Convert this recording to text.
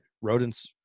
rodents